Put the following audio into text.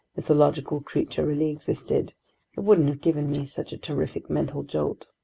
mythological creature really existed, it wouldn't have given me such a terrific mental jolt.